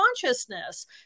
consciousness